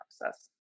process